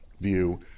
view